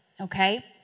Okay